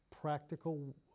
practical